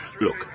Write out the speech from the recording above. Look